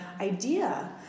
idea